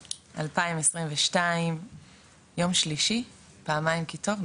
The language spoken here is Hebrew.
התשפ"ב, יום שלישי פעמיים כי טוב.